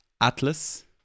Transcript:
Atlas